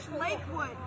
Lakewood